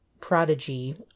prodigy